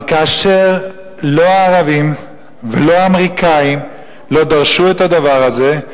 אבל לא הערבים ולא האמריקנים לא דרשו את הדבר הזה,